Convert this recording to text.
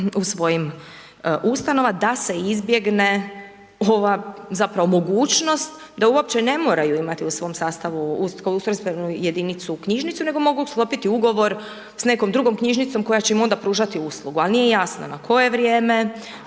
u svojim ustanovama da se izbjegne ova zapravo mogućnost da uopće ne moraju imati u svom sastavu ustrojstvenu jedinicu, knjižnicu, nego mogu sklopiti ugovor sa nekom drugom knjižnicom koja će mu onda pružati uslugu ali jasno na koje vrijeme,